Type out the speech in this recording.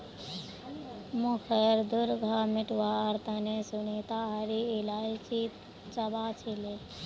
मुँहखैर दुर्गंध मिटवार तने सुनीता हरी इलायची चबा छीले